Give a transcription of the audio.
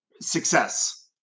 success